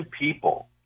people